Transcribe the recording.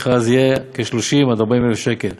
פראייר, כי אחרי שבגלל הרשלנות הפושעת של האוצר,